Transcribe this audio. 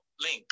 Link